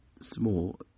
small